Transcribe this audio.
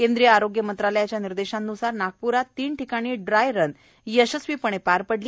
केंद्रीय आरोग्य मंत्रालयाच्या निर्देशानुसार नागपुरात तीन ठिकाणी ड्ञाय रन यशस्वीपणे पार पडली